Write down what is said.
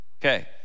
Okay